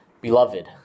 Beloved